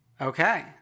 Okay